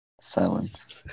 Silence